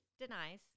denies